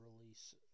release